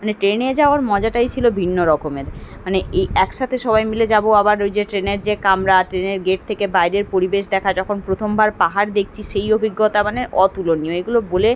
মানে ট্রেনে যাওয়ার মজাটাই ছিলো ভিন্ন রকমের মানে এই একসাথে সবাই মিলে যাবো আবার ওই যে ট্রেনের যে কামরা ট্রেনের গেট থেকে বাইরের পরিবেশ দেখা যখন প্রথমবার পাহাড় দেখছি সেই অভিজ্ঞতা মানে অতুলনীয় এইগুলো বলে